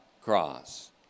cross